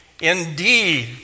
Indeed